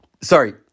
sorry